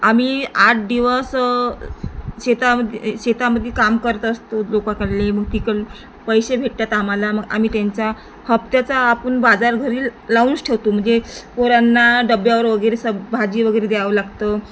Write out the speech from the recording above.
आम्ही आठ दिवस शेतामध्ये शेतामध्ये काम करत असतो लोकाकडले मग तिकडं पैसे भेटतात आम्हाला मग आम्ही त्यांचा हप्त्याचा आपण बाजार घरी लावूनच ठेवतो म्हणजे पोरांना डब्यावर वगैरे स भाजी वगैरे द्यावं लागतं